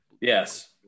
Yes